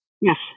yes